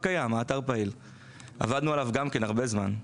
עבדנו על הרבה זמן.